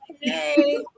Hey